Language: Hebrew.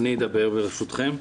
אני אדבר, ברשותכם.